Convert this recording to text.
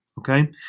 Okay